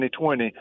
2020